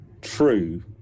true